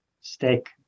Steak